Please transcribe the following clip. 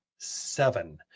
Seven